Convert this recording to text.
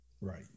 Right